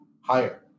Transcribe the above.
higher